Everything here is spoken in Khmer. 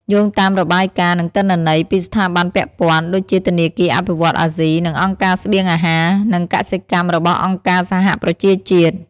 យោងតាមរបាយការណ៍ និងទិន្នន័យពីស្ថាប័នពាក់ព័ន្ធ ដូចជាធនាគារអភិវឌ្ឍន៍អាស៊ី និងអង្គការស្បៀងអាហារ និងកសិកម្មរបស់អង្គការសហប្រជាជាតិ។